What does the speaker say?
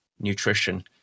nutrition